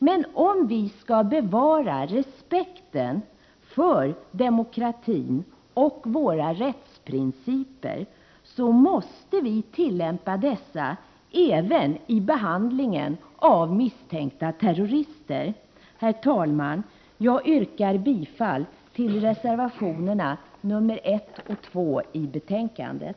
Men om vi skall bevara respekten för demokratin och för våra rättsprinciper måste vi tillämpa dessa även i behandlingen av misstänkta terrorister. Herr talman! Jag yrkar bifall till reservationerna 1 och 2 i betänkandet.